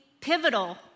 pivotal